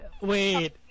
Wait